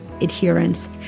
adherence